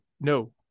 no